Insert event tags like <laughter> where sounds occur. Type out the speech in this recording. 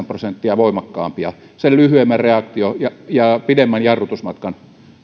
<unintelligible> prosenttia voimakkaampia sen lyhyemmän reaktioajan ja pidemmän jarrutusmatkan